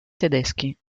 tedeschi